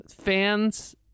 fans